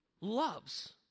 loves